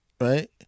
right